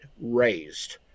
raised